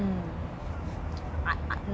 produce the result then they don't really care